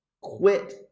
quit